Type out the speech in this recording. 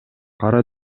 кара